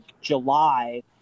July